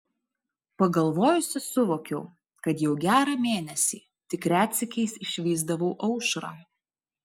pagalvojusi suvokiau kad jau gerą mėnesį tik retsykiais išvysdavau aušrą